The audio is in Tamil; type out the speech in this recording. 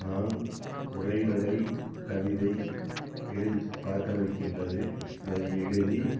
நான் உரைநடை கவிதை எழுதிப் பழக்கம் இருக்கின்றது அதை எழுதி